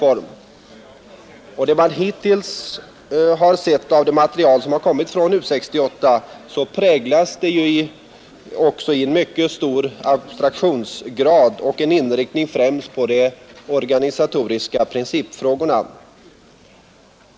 Det material man hittills har sett från U 68 präglas av en mycket hög abstraktionsgrad och en inriktning främst på de organisatoriska principfrågorna.